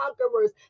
conquerors